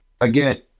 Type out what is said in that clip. again